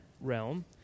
realm